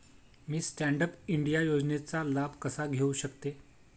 मी stand up India योजनेचा लाभ कसा घेऊ शकते